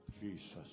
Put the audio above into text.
Jesus